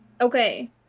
Okay